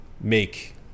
make